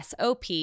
SOP